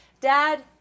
Dad